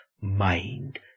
mind